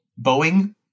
Boeing